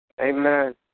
Amen